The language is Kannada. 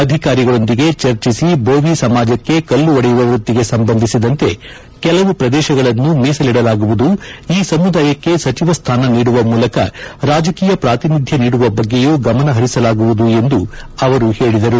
ಅಧಿಕಾರಿಗಳೊಂದಿಗೆ ಚರ್ಚಿಸಿ ಬೋವಿ ಸಮಾಜಕ್ಕೆ ಕಲ್ಲು ಒಡೆಯುವ ವೃತ್ತಿಗೆ ಸಂಬಂಧಿಸಿದಂತೆ ಕೆಲವು ಪ್ರದೇಶಗಳನ್ನು ಮೀಸಲಿಡಲಾಗುವುದು ಈ ಸಮುದಾಯಕ್ಕೆ ಸಚವ ಸ್ವಾನ ನೀಡುವ ಮೂಲಕ ರಾಜಕೀಯ ಪ್ರಾತಿನಿಧ್ಯ ನೀಡುವ ಬಗ್ಗೆಯೂ ಗಮನ ಪರಿಸಲಾಗುವುದು ಎಂದು ಅವರು ಹೇಳಿದರು